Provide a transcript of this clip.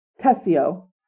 Tessio